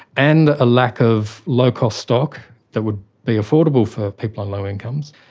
and a lack of low-cost stock that would be affordable for people on low incomes,